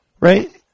right